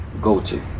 go-to